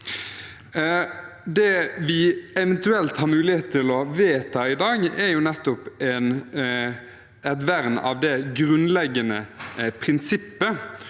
Det vi eventuelt har mulighet til å vedta i dag, er nettopp et vern av det grunnleggende prinsippet